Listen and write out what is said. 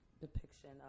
depiction